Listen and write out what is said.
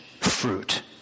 fruit